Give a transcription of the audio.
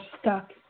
stuck